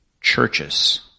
churches